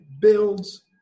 builds